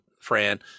Fran